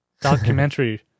documentary